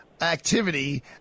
activity